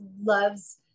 loves